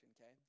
okay